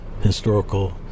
historical